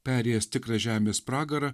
perėjęs tikrą žemės pragarą